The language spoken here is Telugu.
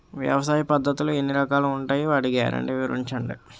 వ్యవసాయ పద్ధతులు ఎన్ని రకాలు ఉంటాయి? వాటి గ్యారంటీ వివరించండి?